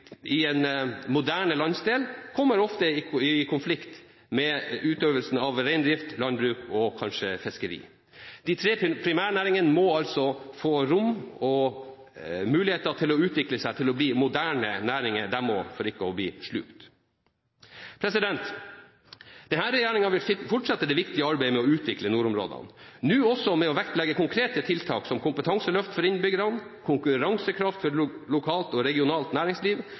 i en moderne landsdel kommer ofte i konflikt med utøvelsen av reindrift, landbruk – og kanskje fiskeri. De tre primærnæringene må få rom og muligheter til å utvikle seg til å bli moderne næringer for ikke å bli slukt. Denne regjeringen vil fortsette det viktige arbeidet med å utvikle nordområdene – nå også ved å vektlegge konkrete tiltak som kompetanseløft for innbyggerne, konkurransekraft for lokalt og regionalt næringsliv